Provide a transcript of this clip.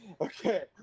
Okay